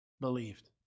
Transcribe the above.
Believed